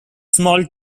small